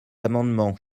amendements